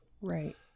Right